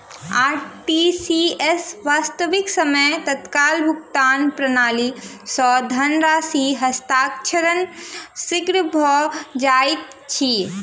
RTGS, वास्तविक समय तत्काल भुगतान प्रणाली, सॅ धन राशि हस्तांतरण शीघ्र भ जाइत अछि